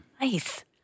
Nice